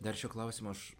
dar šiuo klausimu aš